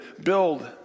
build